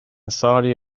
saudi